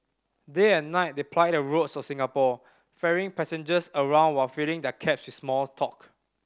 day and night they ply the roads of Singapore ferrying passengers around while filling their cabs with small talk